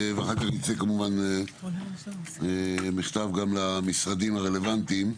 ואחר כך יצא כמובן מכתב גם למשרדים הרלוונטיים.